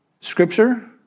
scripture